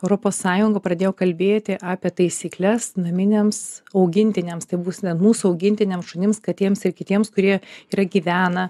europos sąjunga pradėjo kalbėti apie taisykles naminiams augintiniams tai bus ne mūsų augintiniams šunims katėms ir kitiems kurie yra gyvena